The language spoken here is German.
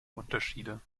unterschiede